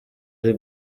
ari